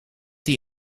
die